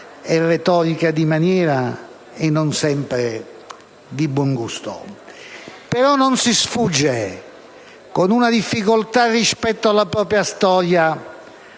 è retorica di maniera e non sempre di buon gusto. Però non si sfugge, con una difficoltà rispetto alla propria storia,